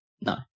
No